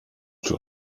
czy